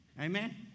Amen